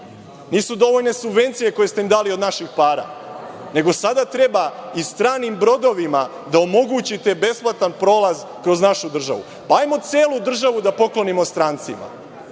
nisu dovoljne subvencije koje ste im dali od naših para, nego sada treba i stranim brodovima da omogućite besplatan prolaz kroz našu državu. Hajde celu državu da poklonimo strancima.